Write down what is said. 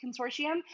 Consortium